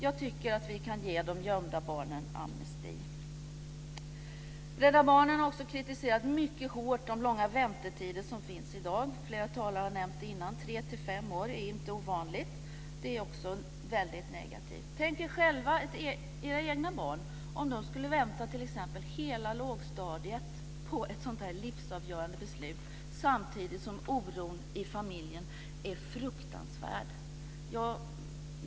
Jag tycker att vi kan ge de gömda barnen amnesti. Rädda Barnen har också mycket hårt kritiserat de långa väntetider som finns i dag. Flera talare har nämnt dem tidigare. 3-5 år är inte ovanligt. Det är också väldigt negativt. Tänk er själva om era egna barn skulle vänta t.ex. hela lågstadiet på ett sådant här livsavgörande beslut samtidigt som oron i familjen är fruktansvärd.